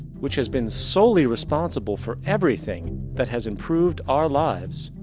which has been solely responsible for everything that has improved our lives,